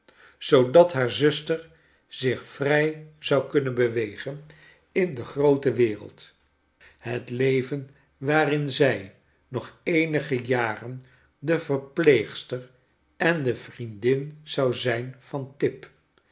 zoodat haar zuster zich vrrj zou kunnen bewegen in de groote wereld het leven waarin zij nog eenige jaren de verpleegster en de vriendin zou zijn van tip